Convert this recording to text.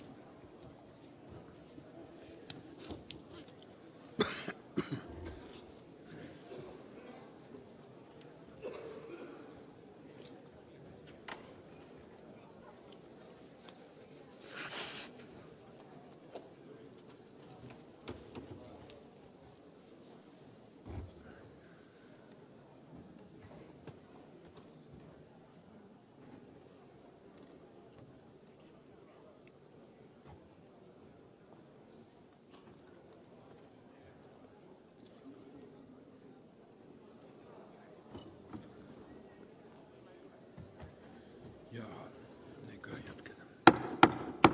asiaa käsitellään ulkoministeriössä